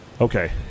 Okay